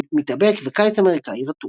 "המתאבק" ו"קיץ אמריקאי רטוב".